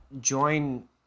join